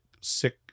sick